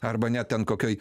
arba ne ten kokioj